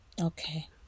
Okay